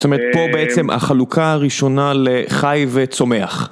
זאת אומרת, פה בעצם החלוקה הראשונה לחי וצומח.